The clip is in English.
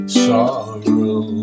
sorrow